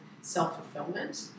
self-fulfillment